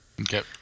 Okay